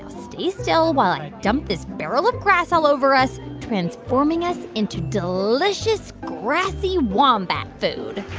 stay still while i dump this barrel of grass all over us, transforming us into delicious, grassy wombat food